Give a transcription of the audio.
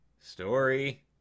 Story